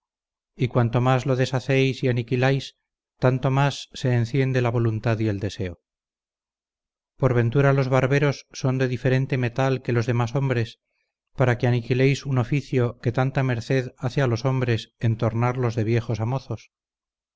y cuanto más lo deshacéis y aniquiláis tanto más se enciende la voluntad y el deseo por ventura los barberos son de diferente metal que los demás hombres para que aniquiléis un oficio que tanta merced hace a los hombres en tornarlos de viejos